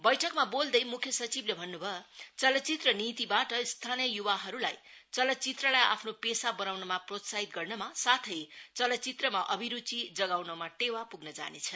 बैठकमा बोल्दै मुख्य सचिवले भन्नुभयो चलचित्र नीतिबाट स्थानीय युवाहरूलाई चलचित्रलाई आफ्नो पेशा बनाउनमा प्रोत्साहित गर्नमा साथै चलचित्रमा अभिरूचि जगाउनमा टेवा पुग्न जानेछ